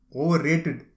overrated